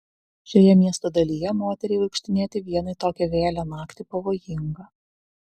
šioje miesto dalyje moteriai vaikštinėti vienai tokią vėlią naktį pavojinga